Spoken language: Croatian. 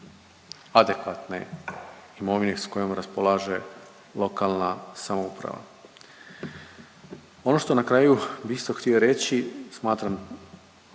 adekvatne imovine s kojom raspolaže lokalna samouprava. Ono što na kraju bi isto htio reći, smatram